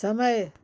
समय